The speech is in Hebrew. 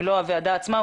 אם לא הוועדה עצמה,